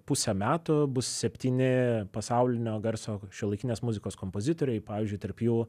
pusę metų bus septyni pasaulinio garso šiuolaikinės muzikos kompozitoriai pavyzdžiui tarp jų